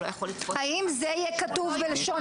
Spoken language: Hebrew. הוא לא יכול ל --- האם זה יהיה כתוב בלשון